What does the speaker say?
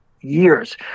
years